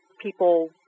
people